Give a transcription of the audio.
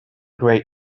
grey